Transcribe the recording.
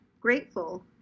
grateful